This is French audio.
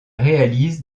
réalise